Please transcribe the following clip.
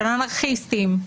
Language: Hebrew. של אנרכיסטים,